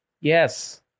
Yes